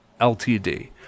Ltd